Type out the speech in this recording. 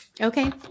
Okay